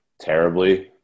Terribly